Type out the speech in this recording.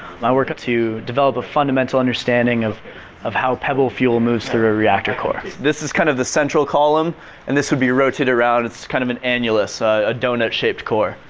i work to develop a fundamental understanding of of how pebble fuel moves through a reactor core. this is kind of the central column and this would be rotated around it's kind of an annulus ah a doughnut-shaped core.